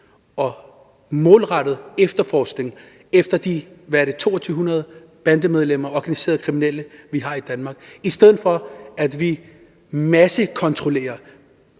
og målrettet efterforskning i forhold til de 2.200 bandemedlemmer, organiserede kriminelle, vi har i Danmark, i stedet for at vi massekontrollerer,